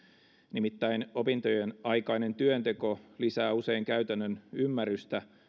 nimittäin opintojen aikainen työnteko lisää usein käytännön ymmärrystä